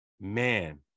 Man